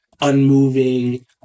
unmoving